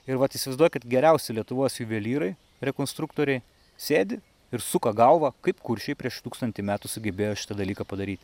ir vat įsivaizduokit geriausi lietuvos juvelyrai rekonstruktoriai sėdi ir suka galvą kaip kuršiai prieš tūkstantį metų sugebėjo šitą dalyką padaryt